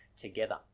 together